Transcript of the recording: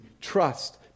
trust